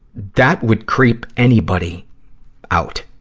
that would creep anybody out.